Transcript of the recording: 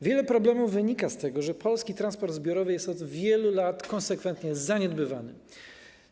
Wiele problemów wynika z tego, że polski transport zbiorowy jest od wielu lat konsekwentnie zaniedbywany.